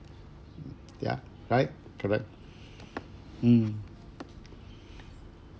mm ya right correct mm